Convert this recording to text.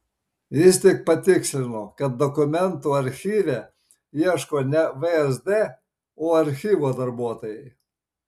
jis tik patikslino kad dokumentų archyve ieško ne vsd o archyvo darbuotojai